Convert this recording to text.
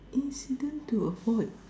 incident to avoid